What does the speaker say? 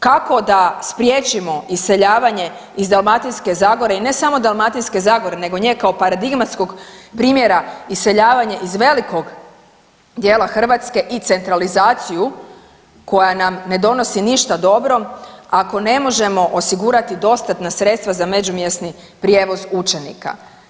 Kako da spriječimo iseljavanje iz Dalmatinske zagore i ne samo Dalmatinske zagore nego nje kao paradigmatskog primjera, iseljavanje velikog dijela Hrvatske i centralizaciju koja nam ne donosi ništa dobro ako ne možemo osigurati dostatna sredstva za međumjesni prijevoz učenika.